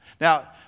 Now